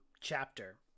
chapter